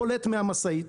בולט מהמשאית.